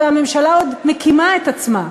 והממשלה עוד מקימה את עצמה.